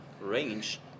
range